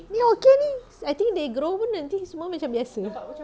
ni okay ni I think they grow pun nanti semua macam biasa